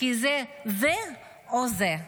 כי זה זה או זה,